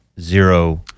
zero